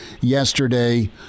yesterday